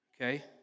okay